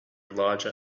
larger